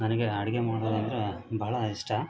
ನನಗೆ ಅಡುಗೆ ಮಾಡುವುದೆಂದರೆ ಬಹಳ ಇಷ್ಟ